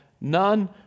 None